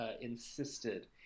insisted